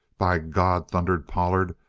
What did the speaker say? by god! thundered pollard,